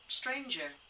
stranger